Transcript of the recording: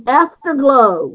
afterglow